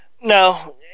No